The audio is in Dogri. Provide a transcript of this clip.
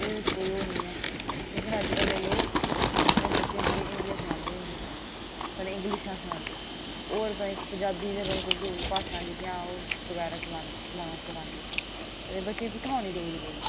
एह्दे बेच कई ओह् नेईं ऐ लेकिन अज्ज कल्लै दे लोक अपने बच्चें ई छड़ी हिंदियां सखांदे हिंदियां सखांदे कन्नै इंगलिशां सखांदे होर पंजाबी ते पता निं जो बी भाशा न जेह्कियां बगैरा सनांदे सखांदे अतें बच्चें ई कुत्थुआं औनी डोगरी